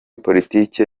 politiki